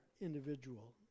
individual